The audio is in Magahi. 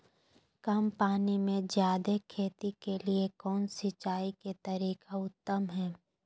कम पानी में जयादे खेती के लिए कौन सिंचाई के तरीका उत्तम है?